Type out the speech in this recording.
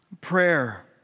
prayer